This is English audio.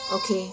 okay